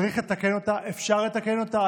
צריך לתקן אותה, אפשר לתקן אותה.